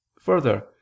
Further